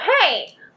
hey